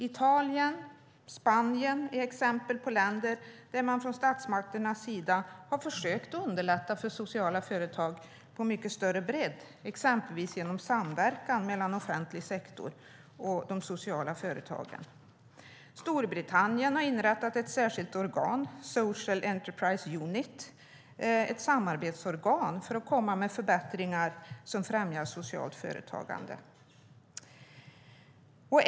Italien och Spanien är exempel på länder där statsmakterna har försökt underlätta för sociala företag på mycket bredare front, exempelvis genom samverkan mellan den offentliga sektorn och de sociala företagen. Storbritannien har inrättat ett särskilt samarbetsorgan, Social Enterprise Unit, för att komma med förbättringar som främjar socialt företagande.